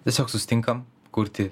tiesiog susitinkam kurti